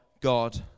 God